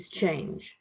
change